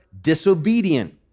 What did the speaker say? disobedient